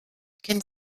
ken